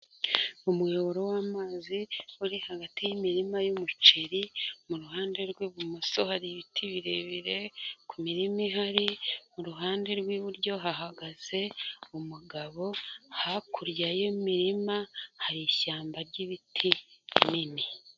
Umuyoboro w'amazi, uri hagati y'imirima y'umuceri, mu ruhande rw'ibumoso hari ibiti birebire ku mirima ihari, mu ruhande rw'iburyo hahagaze umugabo, hakurya y'imirima hari ishyamba ry'ibiti binini.